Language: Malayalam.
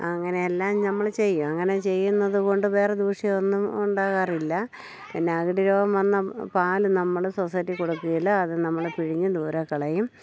അങ്ങനെയെല്ലാം നമ്മൾ ചെയ്യും അങ്ങനെ ചെയ്യുന്നത് കൊണ്ട് വേറെ ദൂഷ്യമൊന്നും ഉണ്ടാകാറില്ല പിന്നെ അകിട് രോഗം വന്നാൽ പാൽ നമ്മൾ സൊസൈറ്റി കൊടുക്കില്ല അത് നമ്മൾ പിഴിഞ്ഞു ദൂരെ കളയും